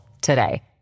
today